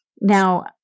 Now